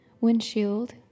windshield